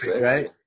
right